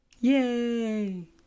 Yay